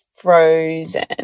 Frozen